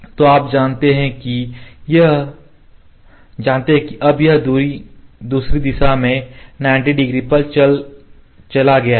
तो आप जानते हैं कि अब यह दूसरी दिशा में 90 डिग्री पर चला गया है